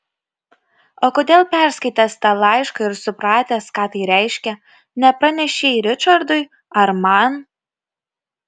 o kodėl perskaitęs tą laišką ir supratęs ką tai reiškia nepranešei ričardui ar man